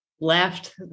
left